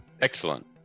Excellent